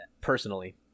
personally